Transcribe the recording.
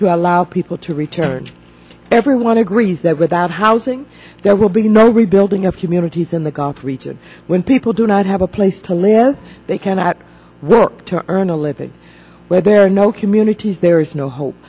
to allow people to return everyone agrees that without housing there will be no rebuilding of humanities in the region when people do not have a place to live they cannot work to earn a living where there are no communities there is no hope